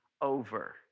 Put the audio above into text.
over